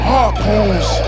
Harpoons